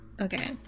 Okay